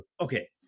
okay